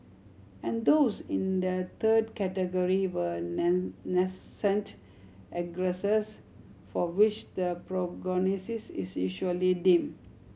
and those in a third category were nascent aggressors for which the prognosis is usually dim